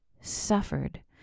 suffered